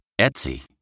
Etsy